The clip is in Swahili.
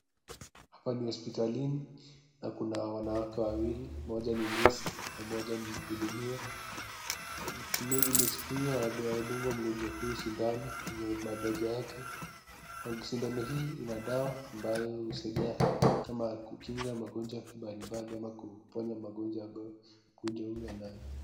Hapa ni hospitalini na kuna wanawake wawili, moja ni nesi na moja ni mhudumiwa. Nesi huyu anamdunga mgonjwa huyu sindano kwenye mabega yake. Sindano hii ina dawa ambayo husaidia kama kukinga magonjwa mbalimbali ama kuponya magonjwa ambayo mgonjwa huyu anayo.